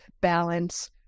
balance